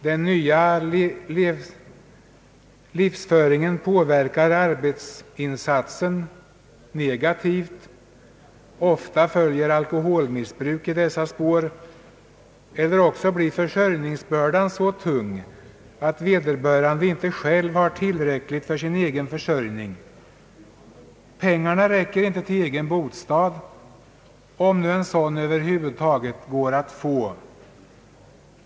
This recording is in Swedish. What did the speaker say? Den nya livsföringen påverkar arbetsinsatsen negativt. Ofta följer alkoholmissbruk i dessa spår. Eller också blir försörjningsbördan så tung att vederbörande inte själv har tillräckligt för sin egen försörjning. Pengarna räcker inte till egen bostad om nu en sådan över huvud taget står att få.